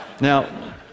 Now